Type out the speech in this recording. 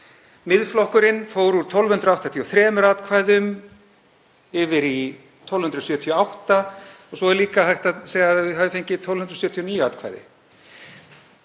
Miðflokkurinn fór úr 1.283 atkvæðum í 1.278 og svo er líka hægt að segja að hann hafi fengið 1.279 atkvæði.